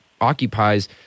occupies